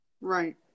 Right